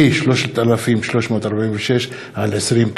פ/3346/20.